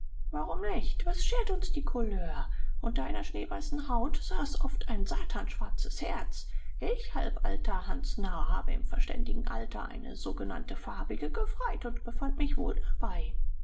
warum nicht was schert uns die couleur unter einer schneeweißen haut saß oft ein satanschwarzes herz ich halbalter hansnarr habe im verständigen alter eine sogenannte farbige gefreit und befand mich wohl dabei